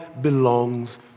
belongs